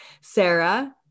Sarah